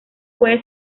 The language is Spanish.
puede